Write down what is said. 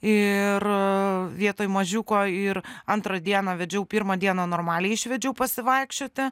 ir vietoj mažiuko ir antrą dieną vedžiau pirmą dieną normaliai išvedžiau pasivaikščioti